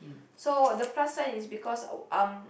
so the plus sign is because um